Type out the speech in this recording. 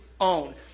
own